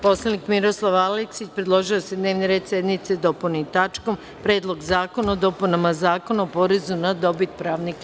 Poslanik Miroslav Aleksić predložio je da se dnevni red sednice dopuni tačkom – Predlog zakona o dopunama Zakona o porezu na dobit pravnih lica.